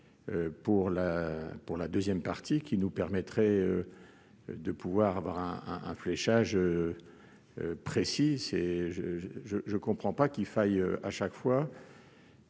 pour la deuxième partie, ce qui nous permettrait d'avoir un fléchage précis ? Je ne comprends pas qu'il faille chaque fois